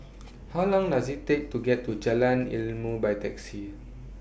How Long Does IT Take to get to Jalan Ilmu By Taxi